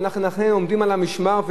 ולכן אנחנו עומדים על המשמר.